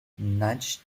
nudge